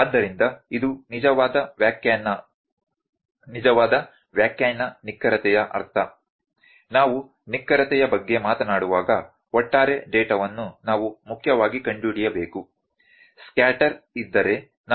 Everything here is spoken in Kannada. ಆದ್ದರಿಂದ ಇದು ನಿಜವಾದ ವ್ಯಾಖ್ಯಾನ ನಿಖರತೆಯ ಅರ್ಥ ನಾವು ನಿಖರತೆಯ ಬಗ್ಗೆ ಮಾತನಾಡುವಾಗ ಒಟ್ಟಾರೆ ಡೇಟಾವನ್ನು ನಾವು ಮುಖ್ಯವಾಗಿ ಕಂಡುಹಿಡಿಯಬೇಕು ಸ್ಕ್ಯಾಟರ್ ಇದ್ದರೆ ನಾವು ಅದರ ಮೇಲೆ ಕೆಲಸ ಮಾಡಬಹುದು